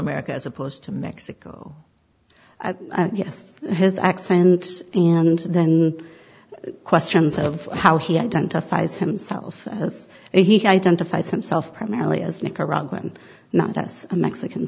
america as opposed to mexico yes his accent and then questions of how he identifies himself as he identifies himself primarily as nicaraguan not us a mexican